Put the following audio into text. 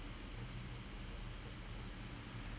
mm ya a lot a lot lah